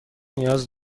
نیاز